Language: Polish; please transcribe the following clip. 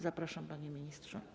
Zapraszam, panie ministrze.